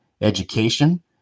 education